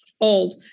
old